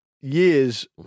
years